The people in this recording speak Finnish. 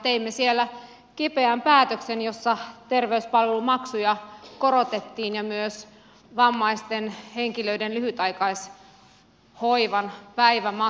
teimme siellä kipeän päätöksen jossa terveyspalvelumaksuja korotettiin ja myös vammaisten henkilöiden lyhytaikaishoivan päivämaksuja